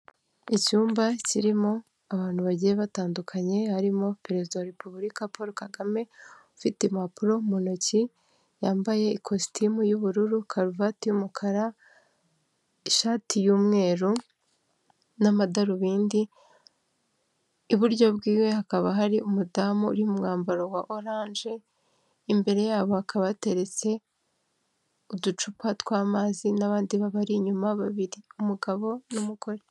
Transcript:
Icyumba kirimo abantu bagiye batandukanye, harimo Perezida wa Repubulika Paul Kagame, ufite impapuro mu ntoki, yambaye ikositimu y'ubururu, karuvati y'umukara, ishati y'umweru, n'amadarubindi, iburyo bwiwe hakaba hari umudamu uri mu mwambaro wa oranje, imbere yabo hakaba hateretse uducupa tw'amazi, n'abandi babari inyuma babimo umugabo n'umugore.